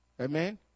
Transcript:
Amen